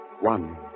one